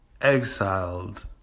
exiled